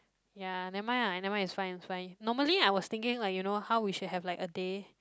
ya never mind ah never mind is fine is fine normally I was thinking like you know how we should have like a day